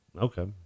Okay